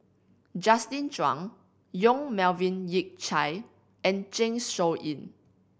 Justin Zhuang Yong Melvin Yik Chye and Zeng Shouyin